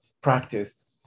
practice